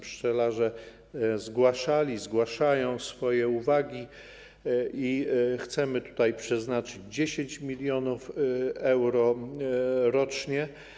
Pszczelarze zgłaszali i zgłaszają swoje uwagi i chcemy na to przeznaczyć 10 mln euro rocznie.